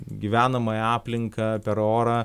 gyvenamąją aplinką per orą